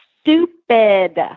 stupid